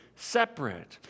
separate